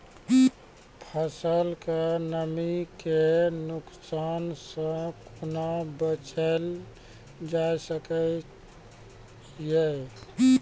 फसलक नमी के नुकसान सॅ कुना बचैल जाय सकै ये?